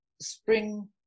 spring